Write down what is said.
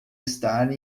estar